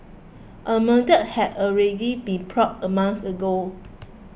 a murder had already been plotted a month ago